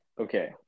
Okay